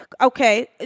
okay